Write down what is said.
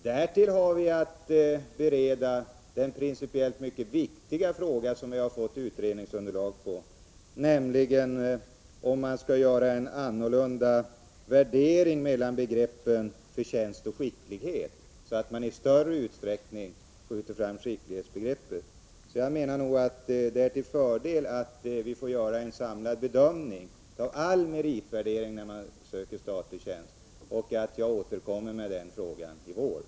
Därtill har vi att bereda en fråga som vi också har fått utredningsunderlag till, nämligen den principiellt mycket viktiga frågan om huruvida man skall göra en annorlunda värdering när det gäller begreppen förtjänst och skicklighet, så att man i större utsträckning skjuter fram skicklighetsbegreppet. Mot den här bakgrunden menar jag att det är till fördel att vi får göra en samlad bedömning som omfattar all meritvärdering för statlig tjänst. Jag återkommer, som sagt, till frågan under våren.